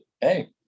hey